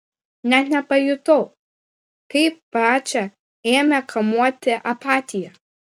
net nepajutau kaip pačią ėmė kamuoti apatija